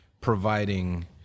providing